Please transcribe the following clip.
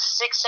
six